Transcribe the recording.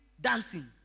dancing